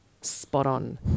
spot-on